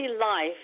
life